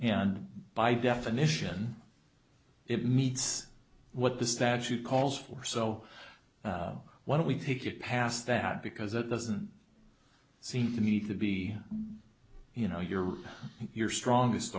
and by definition it needs what the statute calls for so why don't we take it past that because it doesn't seem to me to be you know your your strongest